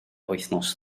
wythnos